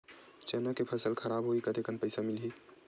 चना के फसल खराब होही कतेकन पईसा मिलही?